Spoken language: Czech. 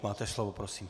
Máte slovo, prosím.